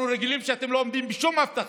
אנחנו רגילים שאתם לא עומדים בשום הבטחה.